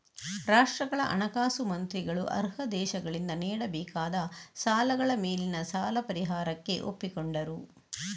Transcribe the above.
ರಾಷ್ಟ್ರಗಳ ಹಣಕಾಸು ಮಂತ್ರಿಗಳು ಅರ್ಹ ದೇಶಗಳಿಂದ ನೀಡಬೇಕಾದ ಸಾಲಗಳ ಮೇಲಿನ ಸಾಲ ಪರಿಹಾರಕ್ಕೆ ಒಪ್ಪಿಕೊಂಡರು